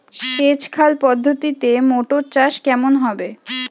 সেচ খাল পদ্ধতিতে মটর চাষ কেমন হবে?